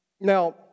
Now